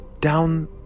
down